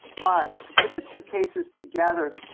but to put the two cases together,